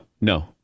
no